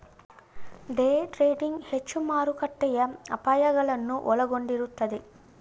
day trading ಹೆಚ್ಚು ಮಾರುಕಟ್ಟೆಯ ಅಪಾಯಗಳನ್ನು ಒಳಗೊಂಡಿರುತ್ತದೆ